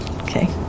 Okay